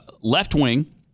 left-wing